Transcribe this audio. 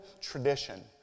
tradition